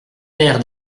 père